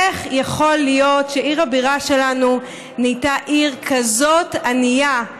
איך יכול להיות שעיר הבירה שלנו נהייתה עיר כזאת ענייה?